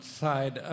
side